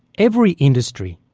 every industry,